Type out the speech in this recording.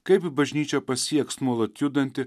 kaip bažnyčia pasieks nuolat judantį